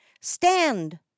Stand